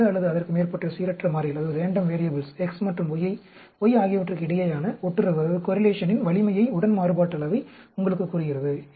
இரண்டு அல்லது அதற்கு மேற்பட்ட சீரற்ற மாறிகள் X மற்றும் Y ஆகியவற்றுக்கு இடையேயான ஒட்டுறவின் வலிமையை உடன் மாறுபாட்டளவை உங்களுக்குக் கூறுகிறது